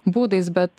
būdais bet